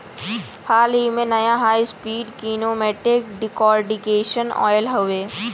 हाल ही में, नया हाई स्पीड कीनेमेटिक डिकॉर्टिकेशन आयल हउवे